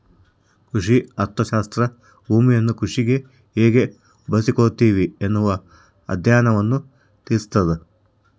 ಕೃಷಿ ಅರ್ಥಶಾಸ್ತ್ರ ಭೂಮಿಯನ್ನು ಕೃಷಿಗೆ ಹೇಗೆ ಬಳಸಿಕೊಳ್ಳುತ್ತಿವಿ ಎನ್ನುವ ಅಧ್ಯಯನವನ್ನು ತಿಳಿಸ್ತಾದ